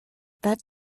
that